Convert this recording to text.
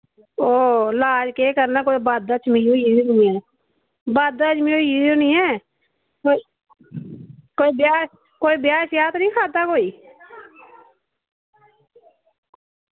ओह् लाज केह् करना कुतै बदहजमी होई गेदी होनी ऐ बदहजमी होई गेदी होनी ऐ कोई कोई ब्याह् कोई ब्याह् श्याह् ते निं खाद्धा कोई